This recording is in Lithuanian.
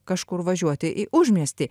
kažkur važiuoti į užmiestį